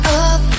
up